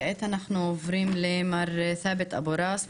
כעת אנחנו עוברים למר ת'אבת אבו ראס,